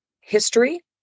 history